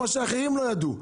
מה שאחרים לא ידעו,